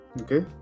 Okay